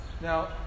Now